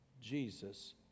Jesus